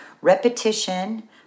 Repetition